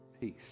peace